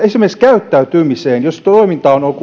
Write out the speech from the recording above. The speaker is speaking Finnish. esimerkiksi peilataan käyttäytymiseen jos menettely on